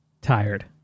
tired